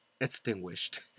extinguished